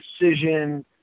precision